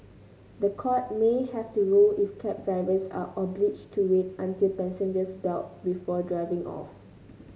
the courts may have to rule if cab drivers are obliged to wait until passengers belt up before driving off